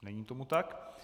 Není tomu tak.